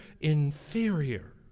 inferior